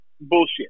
bullshit